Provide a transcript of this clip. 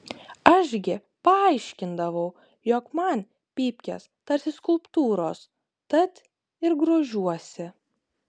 aš gi paaiškindavau jog man pypkės tarsi skulptūros tad ir grožiuosi